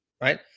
right